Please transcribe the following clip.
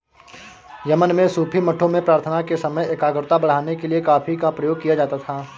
Yemen में सूफी मठों में प्रार्थना के समय एकाग्रता बढ़ाने के लिए कॉफी का प्रयोग किया जाता था